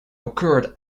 occurred